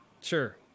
Sure